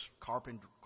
carpenter